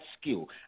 skill